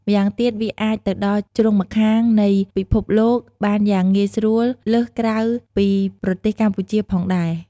ម្យ៉ាងទៀតវាអាចទៅដល់ជ្រុងម្ខាងនៃពិភពលោកបានយ៉ាងងាយស្រួលលើសក្រៅពីប្រទេសកម្ពុជាផងដែរ។